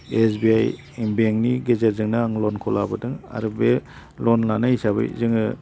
S B I बेंकनि गेजेरजोंनो आं लनखौ लाबोदों आरो बे लन लानाय हिसाबै जोङो